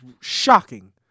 shocking